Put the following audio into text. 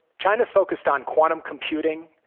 china is focused on quantum computing,